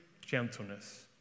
Gentleness